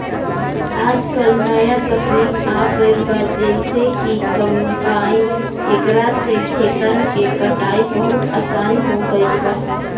आजकल न्या तकनीक आ गईल बा जेइसे कि कंपाइन एकरा से खेतन के कटाई बहुत आसान हो गईल बा